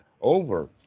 over